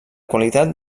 qualitat